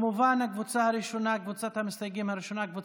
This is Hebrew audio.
כמובן, להצעת החוק הוגשו כמה הסתייגויות.